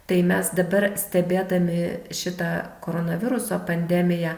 tai mes dabar stebėdami šitą koronaviruso pandemiją